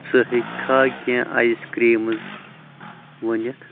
ژٕ ہیٚککھا کینٛہہ آیِس کرٛیٖمٕز ؤنِتھ؟